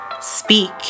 speak